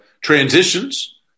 transitions